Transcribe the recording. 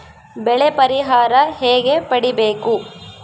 ಬೆಳೆ ಪರಿಹಾರ ಹೇಗೆ ಪಡಿಬೇಕು?